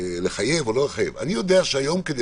לחייב או לא לחייב אני יודע שהיום כדי